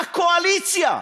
הקואליציה,